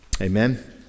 Amen